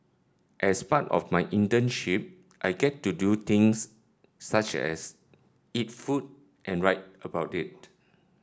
as part of my internship I get to do things such as eat food and write about it